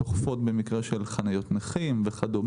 אוכפות במקרה של חניות נכים וכד',